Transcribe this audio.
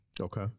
Okay